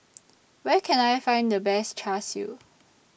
Where Can I Find The Best Char Siu